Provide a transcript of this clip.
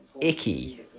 icky